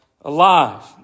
alive